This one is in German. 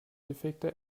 defekter